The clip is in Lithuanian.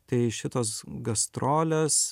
tai šitos gastrolės